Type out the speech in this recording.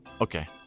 Okay